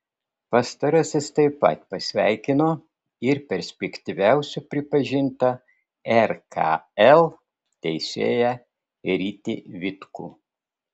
pastarasis taip pat pasveikino ir perspektyviausiu pripažintą rkl teisėją rytį vitkų